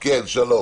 בבקשה.